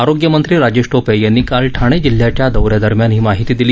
आरोग्यमंत्री राजेश टोपे यांनी काल ठाणे जिल्ह्याच्या दौऱ्यादरम्यान ही माहिती दिली